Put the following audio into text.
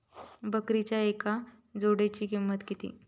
बकरीच्या एका जोडयेची किंमत किती?